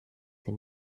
sie